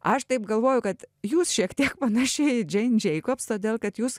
aš taip galvoju kad jūs šiek tiek panaši į džein džeikobs todėl kad jūs